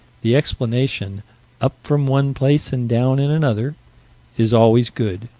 the explanation up from one place and down in another is always good,